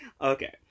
Okay